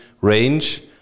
range